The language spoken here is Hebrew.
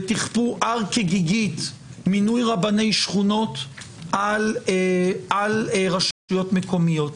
ותכפו הר כגיגית מינוי רבני שכונות על רשויות מקומיות.